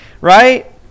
Right